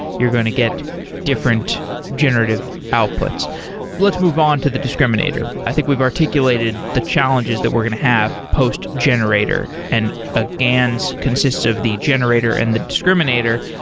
you're going to get different generative outputs let's move on to the discriminator. i think we've articulated the challenges that we're going to have post-generator and a gans consists of the generator and the discriminator,